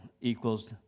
equals